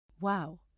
Wow